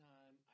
Time